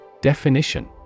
Definition